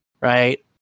right